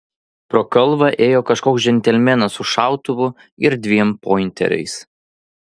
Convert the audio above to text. pro kalvą ėjo kažkoks džentelmenas su šautuvu ir dviem pointeriais